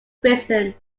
prison